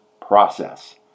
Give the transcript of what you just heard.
process